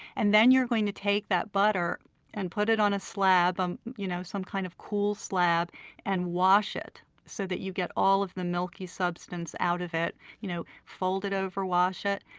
and then you're going to take that butter and put it on um you know some kind of cool slab and wash it so that you get all of the milky substance out of it you know fold it over, wash it.